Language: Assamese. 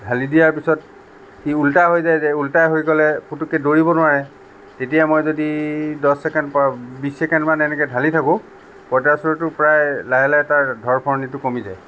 ঢালি দিয়াৰ পিছত সি উল্টা হৈ যায় যে উল্টা হৈ গ'লে পুটুককে দৌৰিব নোৱাৰে তেতিয়া মই যদি দহ চেকেণ্ড পৰা বিছ চেকেণ্ড মান এনেকে ঢালি থাকোঁ পঁইতাচোৰাটো প্ৰায় লাহে লাহে তাৰ ধৰফৰণিটো কমি যায়